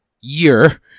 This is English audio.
year